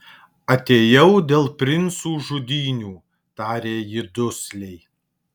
atėjau dėl princų žudynių tarė ji dusliai